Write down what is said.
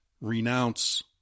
renounce